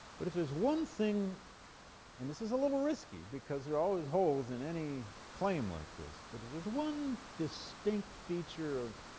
but if there's one thing and this is a little risky because there are always holes in any claim like this but if there's one distinct feature of